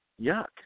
yuck